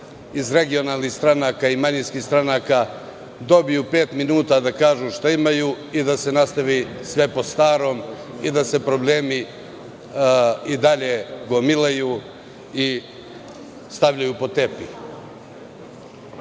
iz regionalnih stranaka i manjinskih stranaka dobiju pet minuta da kažu šta imaju i da se nastavi sve po starom i da se problemi i dalje gomilaju i stavljaju pod